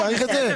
לא תאריך את זה?